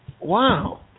Wow